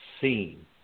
seen